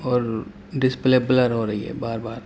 اور display blur ہو رہی ہے بار بار